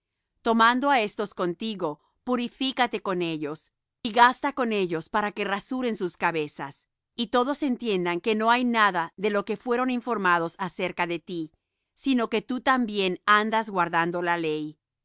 tomando á éstos contigo purifícate con ellos y gasta con ellos para que rasuren sus cabezas y todos entiendan que no hay nada de lo que fueron informados acerca de ti sino que tú también andas guardando la ley